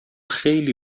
خیلی